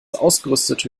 ausgerüstete